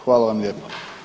Hvala vam lijepo.